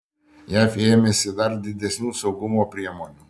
jav ėmėsi dar didesnių saugumo priemonių